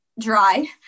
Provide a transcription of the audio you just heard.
dry